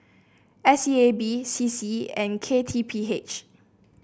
S E A B C C and K T P H